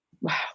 Wow